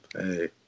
hey